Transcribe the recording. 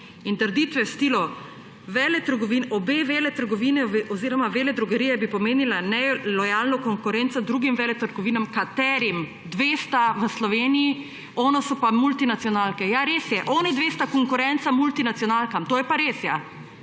In trditve v stilu »obe veletrgovini oziroma veledrogeriji bi pomenili nelojalno konkurenco drugim veletrgovinam« – katerim?! Dve sta v Sloveniji, tisto so pa multinacionalke. Ja, res je, onidve sta konkurenca multinacionalkam. To je pa res, ja.